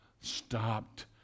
stopped